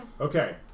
Okay